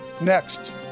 Next